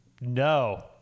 No